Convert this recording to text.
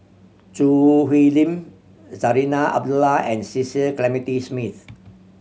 Choo Hwee Lim Zarinah Abdullah and Cecil Clementi Smith